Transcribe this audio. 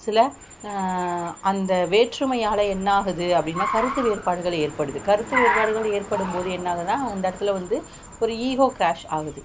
சில அந்த வேற்றுமையால் என்னாகுது அப்படின்னா கருத்து வேறுபாடுகள் ஏற்படுது கருத்து வேறுபாடுகள் ஏற்படும் போது என்னாகுதுன்னால் அந்த இடத்துல வந்து ஒரு ஈகோ கேர்ஷ் ஆகுது